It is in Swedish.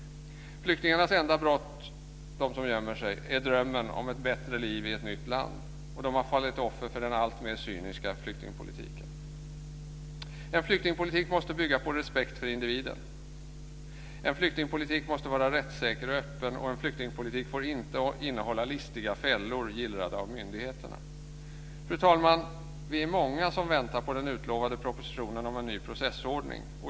Flyktingarnas enda brott är drömmen om ett bättre liv i ett nytt land. Det gäller de flyktingar som gömmer sig. De har fallit offer för den alltmer cyniska flyktingpolitiken. En flyktingpolitik måste bygga på respekt för individen, en flyktingpolitik måste vara rättsäker och öppen och en flyktingpolitik får inte innehålla listiga fällor gillrade av myndigheterna. Fru talman! Vi är många som väntar på den utlovade propositionen om en ny processordning.